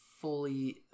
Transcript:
fully